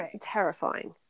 terrifying